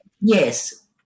Yes